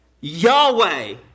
Yahweh